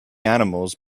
animals